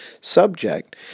subject